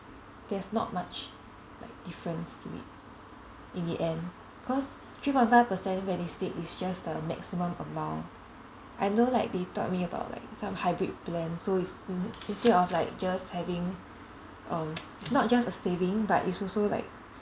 there's not much like difference to it in the end cause three point five percent when it's is just the maximum amount I know like they thought me about like some hybrid plan so is instead of just having um it's not just a saving but it's also like